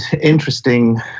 interesting